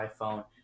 iPhone